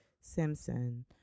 simpson